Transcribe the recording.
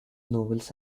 novels